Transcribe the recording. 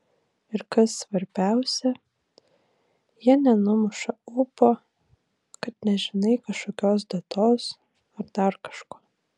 ir kas svarbiausia jie nenumuša ūpo kad nežinai kažkokios datos ar dar kažko